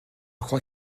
crois